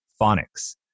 phonics